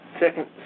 second